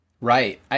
Right